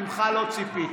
ממך לא ציפיתי.